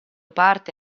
parte